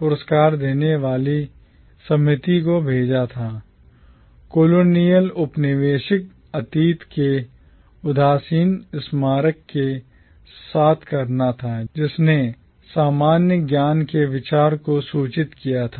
पुरस्कार देने वाली समिति को भेजा था colonial औपनिवेशिक अतीत के उदासीन स्मारक के साथ करना था जिसने सामान्य ज्ञान के विचार को सूचित किया था